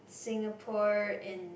Singapore and